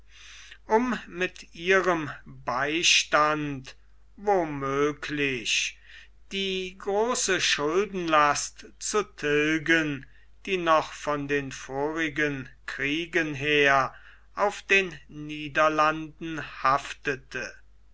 um mit ihrem beistand wo möglich die große schuldenlast zu tilgen die noch von den vorigen kriegen her auf den niederlanden lastete